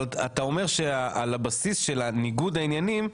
אבל אתה אומר שהבסיס של ניגוד העניינים,